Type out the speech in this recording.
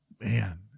Man